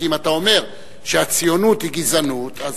כי אם אתה אומר שהציונות היא גזענות אז,